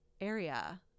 area